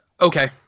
Okay